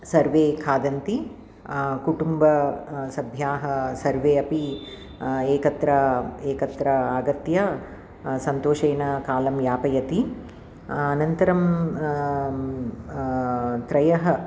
सर्वे खादन्ति कुटुम्ब सभ्याः सर्वे अपि एकत्र एकत्र आगत्य सन्तोषेन कालं यापयति अनन्तरं त्रयः